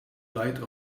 light